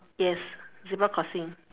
yes zebra crossing